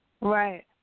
Right